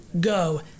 go